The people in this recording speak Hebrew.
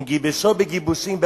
אם גיבשו בגיבושים באבנים,